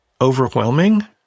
overwhelming